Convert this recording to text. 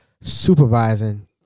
supervising